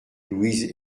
louise